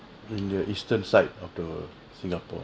in the eastern side of the singapore